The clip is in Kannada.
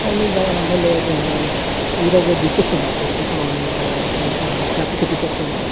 ಹಂಗೆ ಗಣ ಆಮೇಲೆ ದ್ಯಾ ಇದ್ರಾಗ ದೀಪೋತ್ಸವ ಮಾಡ್ತೇವೆ ದೀಪಾವಳಿ ಯಾವ ಕಾರ್ತಿಕ ದೀಪೋತ್ಸವ ಮಾಡಿ